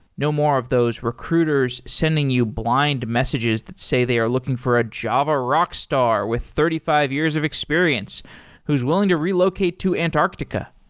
no more of those recruiters sending you blind messages that say they are looking for a java rockstar with thirty five years of experience who's willing to relocate to antarctica.